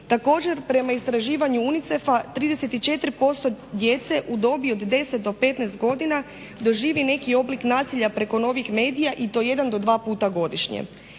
Također prema istraživanju UNICEF-a 34% djece u dobi od 10 do 15 godina doživi neki oblik nasilja preko novih medija i to jedan do dva puta godišnje.